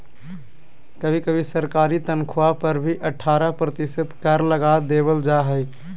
कभी कभी सरकारी तन्ख्वाह पर भी अट्ठारह प्रतिशत कर लगा देबल जा हइ